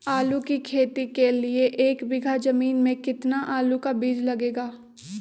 आलू की खेती के लिए एक बीघा जमीन में कितना आलू का बीज लगेगा?